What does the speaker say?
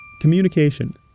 Communication